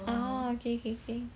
oh K K K